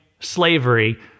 Slavery